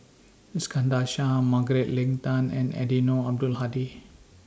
Iskandar Shah Margaret Leng Tan and Eddino Abdul Hadi